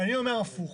ואני אומר הפוך.